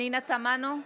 פנינה תמנו,